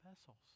vessels